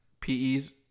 PE's